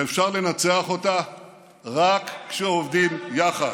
ואפשר לנצח אותה רק כשעובדים יחד.